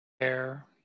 air